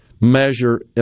measure